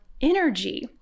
energy